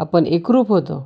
आपण एकरूप होतो